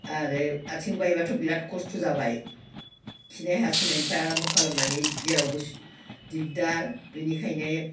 आरो आथिं बायब्लाथाय बिराद खस्थ' जाबाय खिनाय हासुनायनिफ्राय आरामब' खालामनानै जेरावबो दिगदार बिनिखायनो